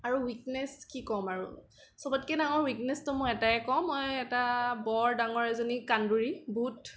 আৰু উইকনেছ কি ক'ম আৰু চবতকৈ ডাঙৰ উইকনেছ মই এটাই ক'ম মই এটা বৰ ডাঙৰ এজনী কান্দুৰী বহুত